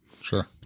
Sure